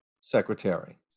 secretary